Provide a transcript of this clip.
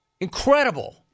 Incredible